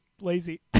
lazy